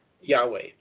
Yahweh